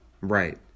Right